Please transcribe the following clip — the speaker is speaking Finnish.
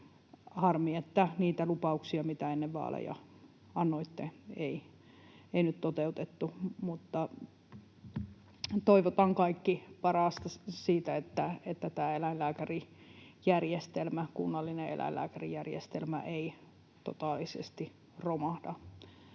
Harmi, että niitä lupauksia, mitä ennen vaaleja annoitte, ei nyt toteutettu, mutta toivotaan kaikki parasta siinä, että tämä eläinlääkärijärjestelmä, kunnallinen